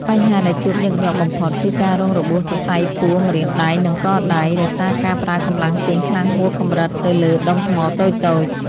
បញ្ហាដែលជួបញឹកញាប់បំផុត គឺការរងរបួសសរសៃពួរម្រាមដៃ និងកដៃ ដោយសារការប្រើកម្លាំងទាញខ្លាំងហួសកម្រិតទៅលើដុំថ្មតូចៗ។